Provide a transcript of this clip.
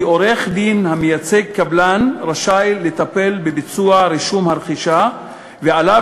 עורך-דין המייצג קבלן רשאי לטפל בביצוע רישום הרכישה וכי עליו